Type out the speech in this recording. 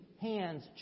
hands